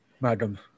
Madam